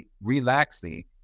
relaxing